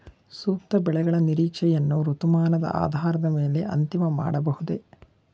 ಸೂಕ್ತ ಬೆಳೆಗಳ ನಿರೀಕ್ಷೆಯನ್ನು ಋತುಮಾನದ ಆಧಾರದ ಮೇಲೆ ಅಂತಿಮ ಮಾಡಬಹುದೇ?